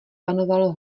panovalo